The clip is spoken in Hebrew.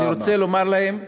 אני רוצה לומר להם: